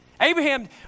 Abraham